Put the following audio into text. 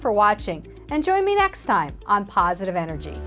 for watching and join me next time on positive energy